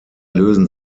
lösen